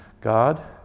God